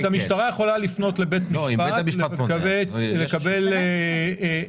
כלומר המשטרה יכולה לפנות לבית המשפט כדי לקבל היתר,